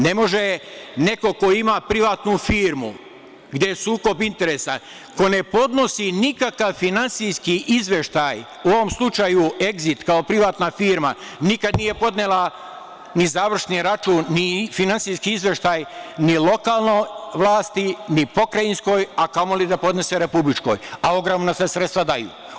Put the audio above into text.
Ne može neko ko ima privatnu firmu, gde je sukob interesa, ko ne podnosi nikakav finansijski izveštaj, u ovom slučaju „Egzit“ kao privatna firma, nikad nije podnela ni završni račun, ni finansijski izveštaj ni lokalnoj vlasti, ni pokrajinskoj, a kamoli da podnese republičkoj, a ogromna se sredstva daju.